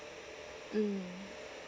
mm